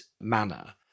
manner